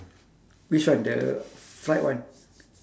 which one the fried one